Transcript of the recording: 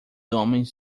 homens